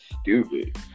stupid